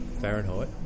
Fahrenheit